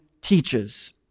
teaches